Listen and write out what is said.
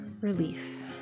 relief